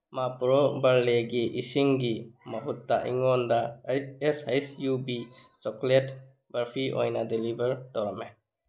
ꯃꯥꯄ꯭ꯔꯣ ꯕꯥꯔꯂꯦꯒꯤ ꯏꯁꯤꯡꯒꯤ ꯃꯍꯨꯠꯇ ꯑꯩꯉꯣꯟꯗ ꯑꯦꯁ ꯍꯩꯁ ꯌꯨ ꯕꯤ ꯆꯣꯀ꯭ꯂꯦꯠ ꯕꯔꯐꯤ ꯑꯣꯏꯅ ꯗꯦꯂꯤꯚꯔ ꯇꯧꯔꯝꯃꯦ